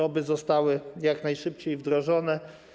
Oby zostały jak najszybciej wdrożone.